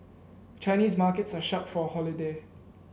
Chinese markets are shut for a holiday